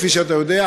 כפי שאתה יודע,